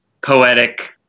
poetic